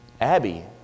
Abby